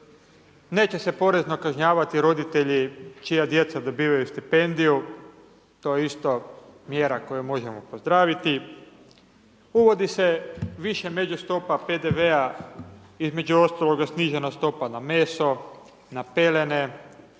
neće se porezno kažnjavati roditelji čija djeca dobivaju stipendiju, to je isto mjera koju možemo pozdraviti, uvodi se više međustopa PDV-a, između ostaloga snižena stopa na meso, na pelene,